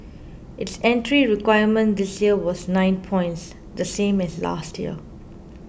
its entry requirement this year was nine points the same as last year